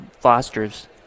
fosters